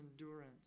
endurance